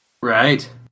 Right